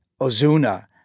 Ozuna